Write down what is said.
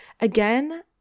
Again